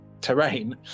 terrain